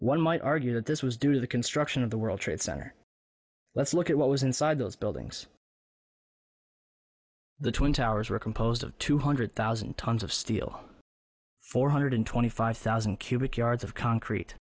one might argue that this was due to the construction of the world trade center let's look at what was inside those buildings the twin towers were composed of two hundred thousand tons of steel four hundred twenty five thousand cubic yards of concrete